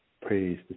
Praise